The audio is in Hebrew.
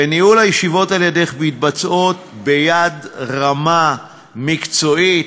וניהול הישיבות על-ידך מתבצע ביד רמה ומקצועית.